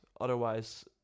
otherwise